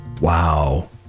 Wow